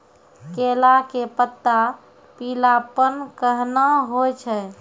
केला के पत्ता पीलापन कहना हो छै?